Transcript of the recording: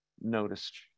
noticed